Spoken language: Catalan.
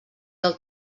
del